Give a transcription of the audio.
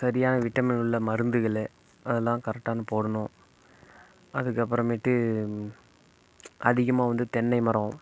சரியான வைட்டமின் உள்ள மருந்துகளும் அதெல்லாம் கரெக்டாக போடணும் அதுக்கப்பறமேட்டு அதிகமாக வந்து தென்னை மரம்